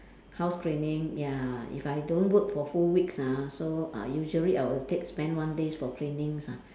house cleaning ya if I don't work for full weeks ah so uh usually I will take spend one days for cleanings ah